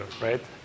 right